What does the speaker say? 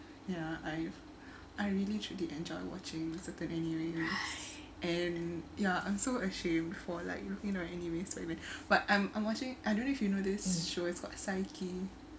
ya I've I really truly enjoy watching saturday and ya I'm so ashamed for like you know you know anyways but I'm I'm watching I don't know if you know this show it's got saiki